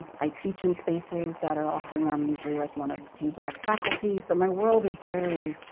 i teach in spaces that are often where i'm usually like one of few black faculty. so my world is very,